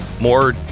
more